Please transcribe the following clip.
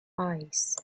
eyes